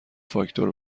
فاکتور